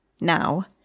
NOW